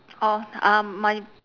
orh uh my